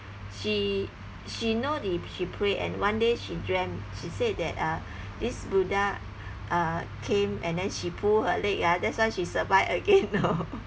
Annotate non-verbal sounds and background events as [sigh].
she she know she pray and one day she dreamt she said that uh this buddha uh came and then she pulled her leg ah that's why she survive again know [laughs]